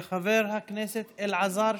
חבר הכנסת יואב סגלוביץ'